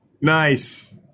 Nice